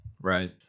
right